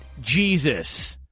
Jesus